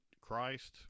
Christ